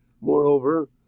moreover